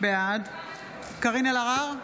בעד קארין אלהרר,